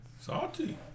Salty